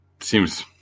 seems –